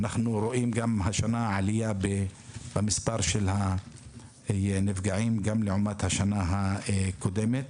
אנחנו רואים השנה עלייה במספר של הנפגעים לעומת השנה הקודמת,